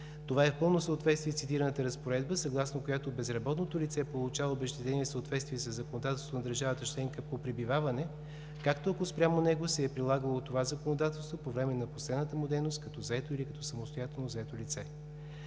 Това е в пълно съответствие с цитираната разпоредба, съгласно която безработното лице получава обезщетение в съответствие със законодателството на държавата членка по пребиваване, както ако спрямо него се е прилагало това законодателство по време на последната му дейност като заето или като самостоятелно заето лице.